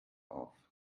auf